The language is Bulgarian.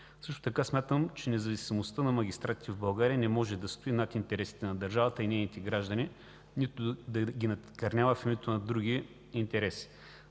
Също така смятам, че независимостта на магистратите в България не може да стои над интересите на държавата и нейните граждани, нито да ги накърнява в името на други интереси.